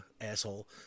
asshole